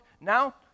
Now